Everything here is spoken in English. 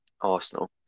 Arsenal